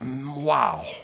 wow